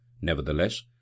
Nevertheless